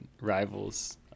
rivals